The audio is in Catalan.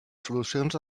solucions